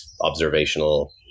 observational